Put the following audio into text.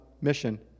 mission